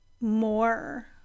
more